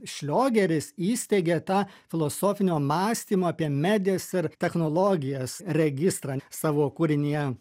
šliogeris įsteigė tą filosofinio mąstymo apie medijas ir technologijas registrą savo kūrinyje